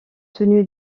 tenu